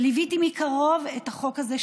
וליוויתי מקרוב את החוק הזה,